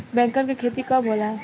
बैंगन के खेती कब होला?